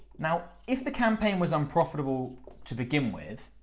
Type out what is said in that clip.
now, if the campaign was unprofitable to begin with,